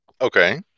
Okay